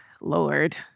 Lord